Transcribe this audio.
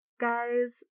Guys